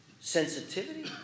sensitivity